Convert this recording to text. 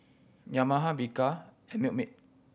Yamaha Bika and Milkmaid